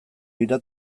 dira